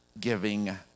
giving